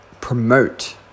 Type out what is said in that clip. promote